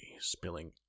spilling